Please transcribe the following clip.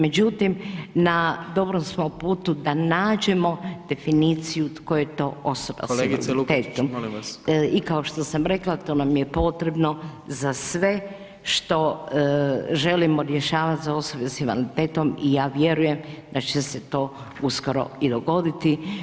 Međutim na dobrom smo putu da nađemo definiciju tko je to osoba s invaliditetom [[Upadica: Kolegice Luketić, molim vas.]] i kao što sam rekla to nam je potrebno za sve što želimo rješavati za osobe s invaliditetom i ja vjerujem da će se to uskoro i dogoditi.